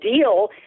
deal